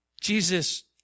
Jesus